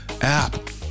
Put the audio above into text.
app